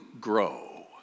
grow